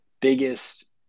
biggest